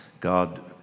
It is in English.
God